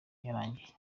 yarangiye